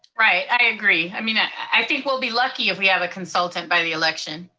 right, i agree. i mean i think we'll be lucky if we have a consultant by the election.